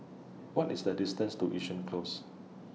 What IS The distance to Yishun Close